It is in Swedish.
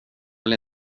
vill